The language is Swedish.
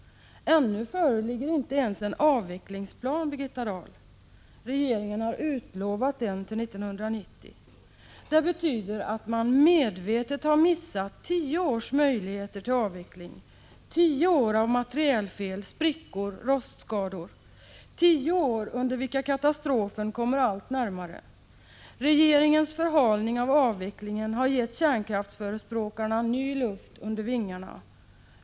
Ännu föreligger inte ens en avvecklingsplan, Birgitta Dahl! Regeringen har utlovat den till 1990. Det betyder att man medvetet har missat tio års möjligheter till avveckling, tio år av materielfel, sprickor och rostskador, tio år under vilka katastrofen kommer allt närmare. Regeringens förhalning av avvecklingen har gett kärnkraftsförespråkarna ny luft under vingarna.